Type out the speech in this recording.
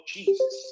Jesus